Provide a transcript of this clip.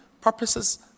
purposes